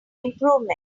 improvement